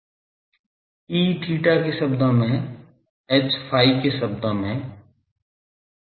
E theta के शब्दों में है H phi के शब्दों में है